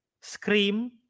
scream